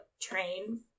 train